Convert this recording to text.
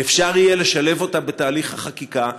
שאפשר יהיה לשלב אותה בתהליך החקיקה,